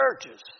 churches